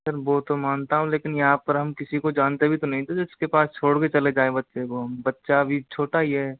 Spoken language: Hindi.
सर वो तो मानता हूँ लेकिन यहाँ पर हम किसी को जानते भी तो नहीं सर जिसके पास छोड़ के चले जाए बच्चे को हम बच्चा अभी छोटा ही हैं